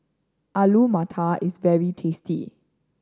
Alu Matar is very tasty